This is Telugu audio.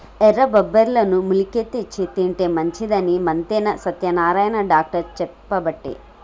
ఎర్ర బబ్బెర్లను మొలికెత్తిచ్చి తింటే మంచిదని మంతెన సత్యనారాయణ డాక్టర్ చెప్పబట్టే